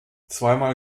zweimal